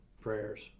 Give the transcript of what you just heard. prayers